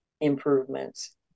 improvements